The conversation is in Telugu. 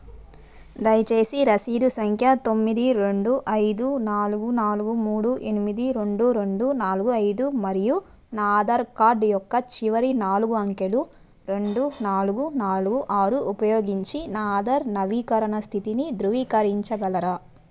దయచేసి రసీదు సంఖ్య తొమ్మిది రెండు ఐదు నాలుగు నాలుగు మూడు ఎనిమిది రెండు రెండు నాలుగు ఐదు మరియు నా ఆధార్ కార్డ్ యొక్క చివరి నాలుగు అంకెలు రెండు నాలుగు నాలుగు ఆరు ఉపయోగించి నా ఆధార్ నవీకరణ స్థితిని ధృవీకరించగలరా